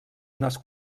unes